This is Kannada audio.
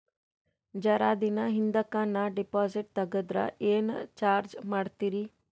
ಜರ ದಿನ ಹಿಂದಕ ನಾ ಡಿಪಾಜಿಟ್ ತಗದ್ರ ಏನ ಚಾರ್ಜ ಮಾಡ್ತೀರಿ?